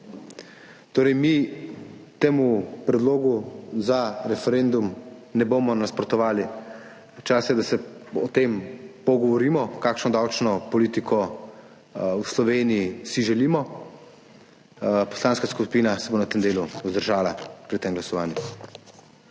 Torej, mi temu predlogu za referendum ne bomo nasprotovali. Čas je, da se o tem pogovorimo, kakšno davčno politiko v Sloveniji si želimo. Poslanska skupina se bo v tem delu vzdržala pri tem glasovanju.